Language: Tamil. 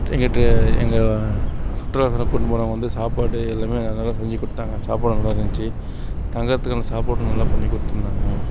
இங்கிட்டு எங்கள் சுற்றுலா தரப்பின் மூலம் வந்து சாப்பாடு எல்லாமே நல்லா செஞ்சு கொடுத்தாங்க சாப்பாடும் நல்லா இருந்துச்சி தங்குறத்துக்கான சாப்பாடும் நல்லா பண்ணிக் கொடுத்துருந்தாங்க